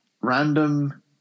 random